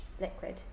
liquid